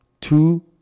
Two